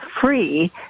free